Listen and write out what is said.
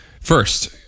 First